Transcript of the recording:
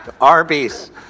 Arby's